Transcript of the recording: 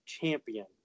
champion